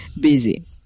Busy